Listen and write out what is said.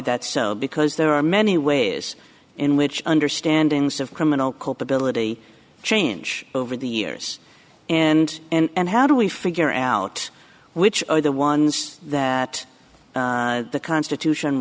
that so because there are many ways in which understanding of criminal culpability change over the years and and how do we figure out which are the ones that the constitution